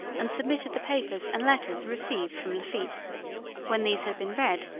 and submitted the papers and letters received from lafitte. when these had been read,